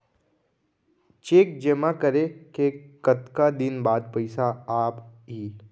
Cheque जेमा करें के कतका दिन बाद पइसा आप ही?